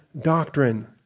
doctrine